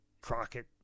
crockett